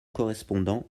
correspondant